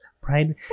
Pride